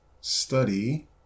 study